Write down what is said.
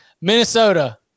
Minnesota